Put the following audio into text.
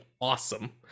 awesome